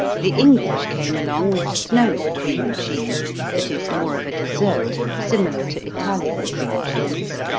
the english came along with snow cream cheese that is more of a dessert, similar to italian cream cheese.